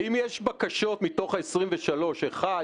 האם יש בקשות אחת,